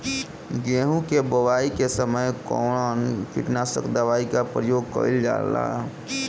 गेहूं के बोआई के समय कवन किटनाशक दवाई का प्रयोग कइल जा ला?